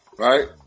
Right